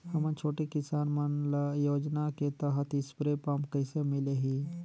हमन छोटे किसान मन ल योजना के तहत स्प्रे पम्प कइसे मिलही?